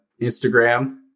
Instagram